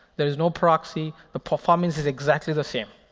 there is no proxy. the performance is exactly the same.